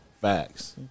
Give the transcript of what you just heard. Facts